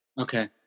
Okay